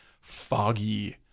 foggy